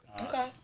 Okay